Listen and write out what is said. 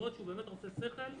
לראות שהוא באמת עושה שכל.